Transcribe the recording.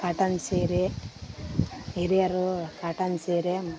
cotton ಸೀರೆ ಹಿರಿಯರು cotton ಸೀರೆ